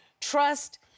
trust